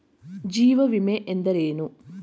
ಜೀವ ವಿಮೆ ಎಂದರೇನು?